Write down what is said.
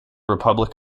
republic